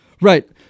Right